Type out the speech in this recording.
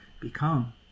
become